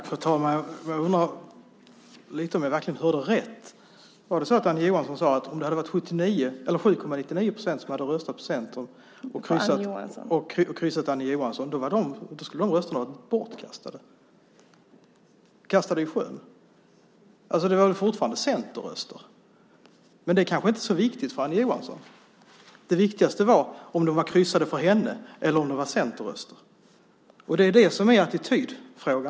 Fru talman! Jag undrar om jag verkligen hörde rätt. Sade Annie Johansson att om 7,99 procent hade röstat på Centern och kryssat Annie Johansson hade de rösterna varit bortkastade? Det var väl fortfarande Centerröster? Det kanske inte var så viktigt för Annie Johansson. Det viktigaste var om de var kryssade för henne eller om de var Centerröster. Det är en attitydfråga.